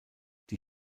die